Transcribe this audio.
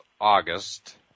August